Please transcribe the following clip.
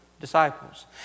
disciples